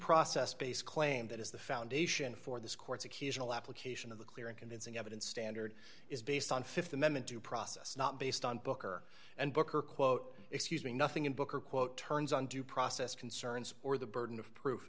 process based claim that is the foundation for this court's accusing the application of the clear and convincing evidence standard is based on th amendment due process not based on booker and booker quote excuse me nothing in book or quote turns on due process concerns or the burden of proof